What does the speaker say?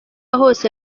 hose